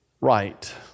right